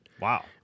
Wow